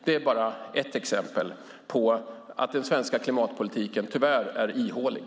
Det är bara ett exempel på att den svenska klimatpolitiken tyvärr är ihålig.